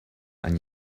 and